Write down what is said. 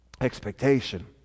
expectation